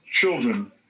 children